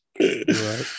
right